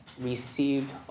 received